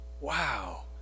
Wow